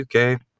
UK